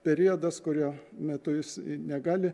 periodas kurio metu jis negali